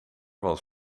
was